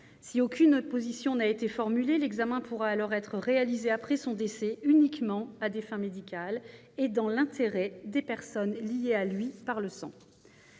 Si aucune opposition n'a été formulée, l'examen pourra alors être réalisé après son décès, uniquement à des fins médicales et dans l'intérêt des personnes liées à lui par le sang.